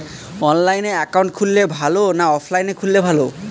অনলাইনে একাউন্ট খুললে ভালো না অফলাইনে খুললে ভালো?